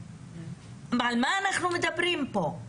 על מה אנחנו מדברים פה?